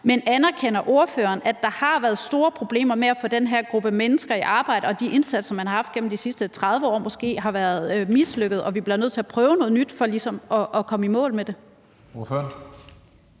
Men anerkender ordføreren, at der har været store problemer med på den her gruppe mennesker i arbejde, og at de indsatser, man har haft gennem de sidste 30 år, måske har været mislykkede, og at vi bliver nødt til at prøve noget nyt for ligesom at komme i mål med det?